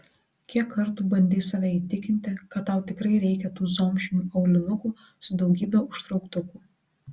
kiek kartų bandei save įtikinti kad tau tikrai reikia tų zomšinių aulinukų su daugybe užtrauktukų